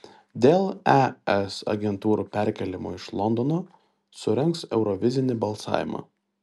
dėl es agentūrų perkėlimo iš londono surengs eurovizinį balsavimą